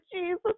Jesus